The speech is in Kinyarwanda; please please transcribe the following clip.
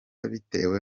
bitewe